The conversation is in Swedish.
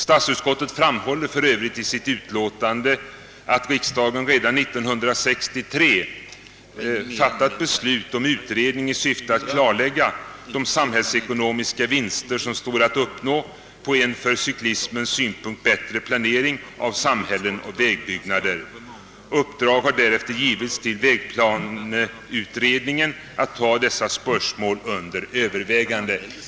Statsutskottet framhåller i sitt utlå ' tande att riksdagen redan 1963 fattade beslut om utredning »i syfte att klarlägga de samhällsekonomiska vinster som stode att vinna på en från cyklismens synpunkt bältre planering av samhällen och vägbyggnader». Uppdrag har därför givits till vägplaneutredningen att ta dessa spörsmål under övervägande.